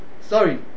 Sorry